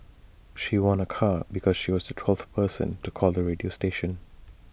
she won A car because she was the twelfth person to call the radio station